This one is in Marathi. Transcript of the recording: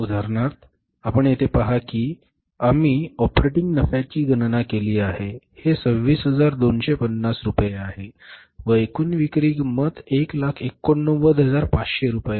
उदाहरणार्थ आपण येथे पहा की आम्ही ऑपरेटिंग नफ्याची गणना केली आहे हे 26250 रुपये आहे व एकूण विक्री किंमत 189500 रुपये आहे